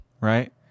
right